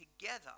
together